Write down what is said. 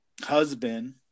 husband